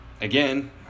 again